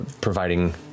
providing